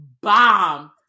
Bomb